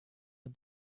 but